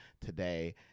today